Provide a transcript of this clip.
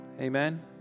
Amen